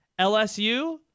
LSU